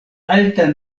alta